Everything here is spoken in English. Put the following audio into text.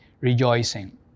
rejoicing